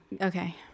Okay